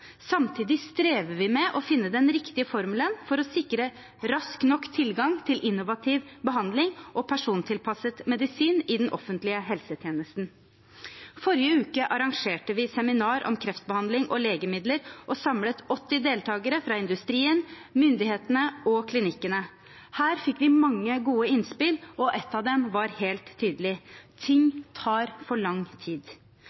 Samtidig strever vi med å finne den riktige formelen for å sikre rask nok tilgang til innovativ behandling og persontilpasset medisin i den offentlige helsetjenesten. Forrige uke arrangerte vi et seminar om kreftbehandling og legemidler og samlet 80 deltakere fra industrien, myndighetene og klinikkene. Her fikk vi mange gode innspill, og ett av dem var helt tydelig: